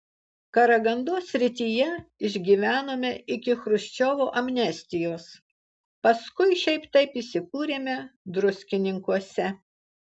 karagandos srityje išgyvenome iki chruščiovo amnestijos paskui šiaip taip įsikūrėme druskininkuose